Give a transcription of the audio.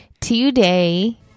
Today